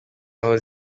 aho